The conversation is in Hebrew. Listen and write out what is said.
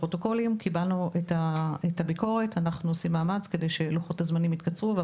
קיבלנו את הביקורת ואנחנו עושים מאמץ כדי שלוחות הזמנים יתקצרו.